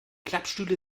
klappstühle